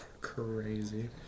crazy